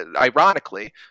ironically